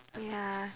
ya